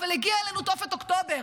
אבל הגיעה אלינו תופת אוקטובר,